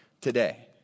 today